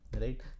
right